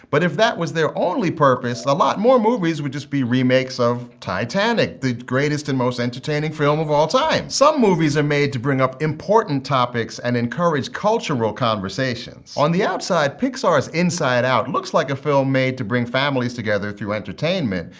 but if that was their only purpose, and a lot more movies would just be remakes of titanic, the greatest and most entertaining film of all time. some movies are made to bring up important topics and encourage cultural conversations. on the outside, pixar's inside out looks like a film made to bring families together through entertainment.